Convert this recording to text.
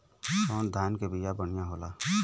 कौन धान के बिया बढ़ियां होला?